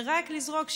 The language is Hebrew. ורק לזרוק,